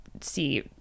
see